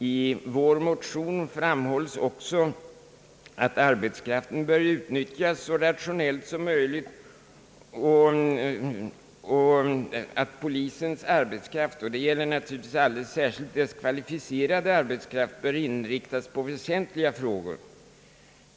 I vår motion framhålles också att arbetskraften bör utnyttjas så rationellt som möjligt och att polisens arbetskraft — det gäller naturligtvis alldeles särskilt dess kvalificerade arbetskraft — bör inriktas på väsentliga frågor.